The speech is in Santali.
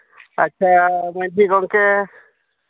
ᱟᱪᱪᱷᱟ ᱢᱟᱹᱡᱷᱤ ᱜᱚᱢᱠᱮ